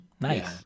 Nice